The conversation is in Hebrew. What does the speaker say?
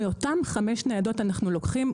מאותם חמש ניידות אנחנו לוקחים,